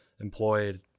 employed